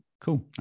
cool